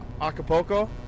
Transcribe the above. Acapulco